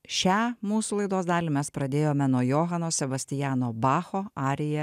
šią mūsų laidos dalį mes pradėjome nuo johano sebastiano bacho arija